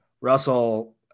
Russell